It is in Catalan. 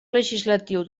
legislatiu